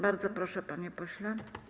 Bardzo proszę, panie pośle.